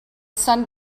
sun